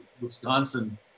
Wisconsin